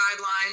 guidelines